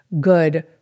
good